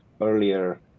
earlier